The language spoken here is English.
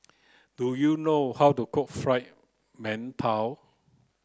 do you know how to cook fried Mantou